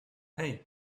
hey